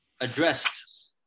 addressed